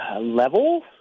level